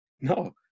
No